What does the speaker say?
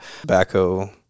tobacco